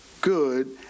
good